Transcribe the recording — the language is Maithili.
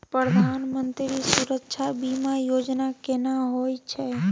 प्रधानमंत्री सुरक्षा बीमा योजना केना होय छै?